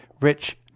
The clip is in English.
rich